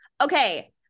okay